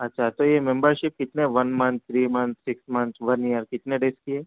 اچھا تو یہ ممبرشپ کتنے one month three month six month one year کتنے ڈیز کی ہے